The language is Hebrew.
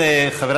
האם אתה